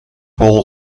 hol